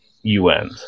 UN